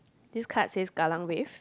this card says kallang Wave